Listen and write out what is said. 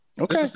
Okay